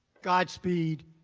godspeed,